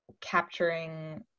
capturing